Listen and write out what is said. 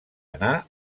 anar